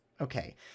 okay